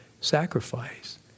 sacrifice